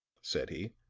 said he.